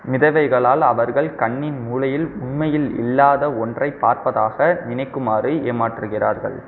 மிதவைகளால் அவர்கள் கண்ணின் மூலையில் உண்மையில் இல்லாத ஒன்றைப் பார்ப்பதாக நினைக்குமாறு ஏமாற்றுகிறார்கள்